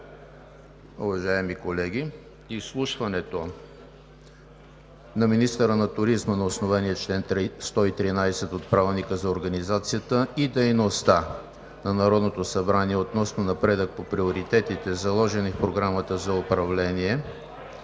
Уважаеми колеги, изслушването на министъра на туризма на основание чл. 113 от Правилника за организацията и дейността на Народното събрание относно напредък по приоритетите, заложени в Програмата за управление